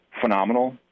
phenomenal